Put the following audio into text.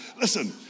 Listen